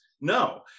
No